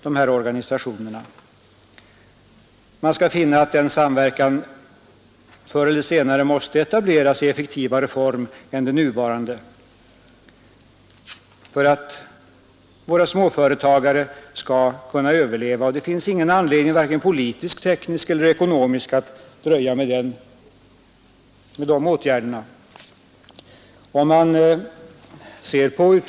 Denna samverkan måste förr eller senare etableras i effektivare form än den nuvarande för att våra småföretagare skall kunna överleva. Det finns ingen anledning, varken politiskt, tekniskt eller ekonomiskt, att dröja med de åtgärderna.